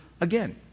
again